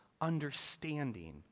understanding